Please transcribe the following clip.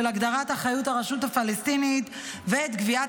הגדרת אחריות הרשות הפלסטינית ואת גביית